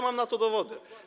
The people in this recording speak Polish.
Mam na to dowody.